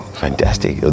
fantastic